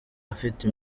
afite